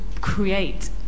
create